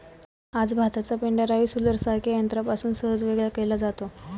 आज भाताचा पेंढा राईस हुलरसारख्या यंत्रापासून सहज वेगळा केला जातो